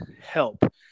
help